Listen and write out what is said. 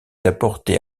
d’apporter